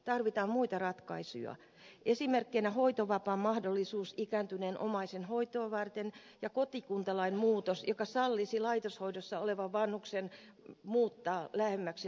tarvitaan muita ratkaisuja esimerkkeinä hoitovapaan mahdollisuus ikääntyneen omaisen hoitoa varten ja kotikuntalain muutos joka sallisi laitoshoidossa olevan vanhuksen muuttaa lähemmäksi lähiomaisia